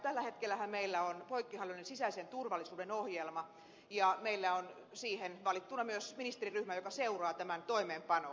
tällä hetkellähän meillä on poikkihallinnollinen sisäisen turvallisuuden ohjelma ja meillä on siihen valittuna myös ministeriryhmä joka seuraa tämän toimeenpanoa